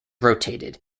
rotated